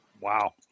Wow